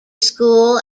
school